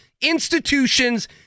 institutions